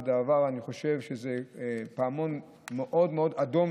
אני חושב שזה פעמון שמצלצל לנו מאוד מאוד חזק.